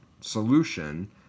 solution